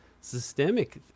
systemic